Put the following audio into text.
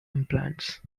implants